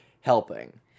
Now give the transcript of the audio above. helping